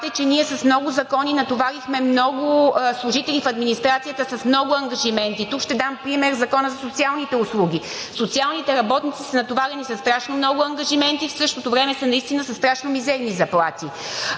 закони и с много ангажименти натоварихме много служители в администрацията. Тук ще дам пример със Закона за социалните услуги. Социалните работници са натоварени със страшно много ангажименти, в същото време са наистина със страшно мизерни заплати.